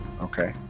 okay